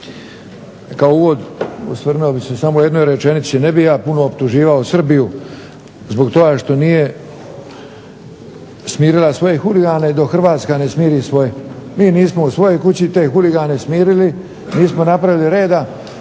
Kao uvod osvrnuo bih se samo jednom rečenicom, ne bih ja puno optuživao Srbiju zbog toga što nije smirila svoje huligane, dok Hrvatska ne smiri svoje. Mi nismo u svojoj kući te huligane smirili, nismo napravili reda,